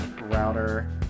router